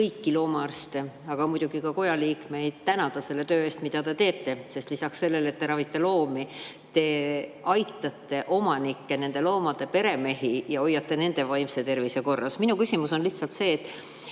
kõiki loomaarste, aga muidugi ka koja liikmeid selle töö eest, mida te teete. Sest lisaks sellele, et te ravite loomi, te aitate omanikke, nende loomade peremehi, ja hoiate nende vaimse tervise korras. Minul on lihtsalt selline